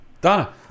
Donna